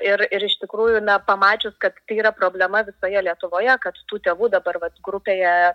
ir ir iš tikrųjų na pamačius kad tai yra problema visoje lietuvoje kad tų tėvų dabar vat grupėje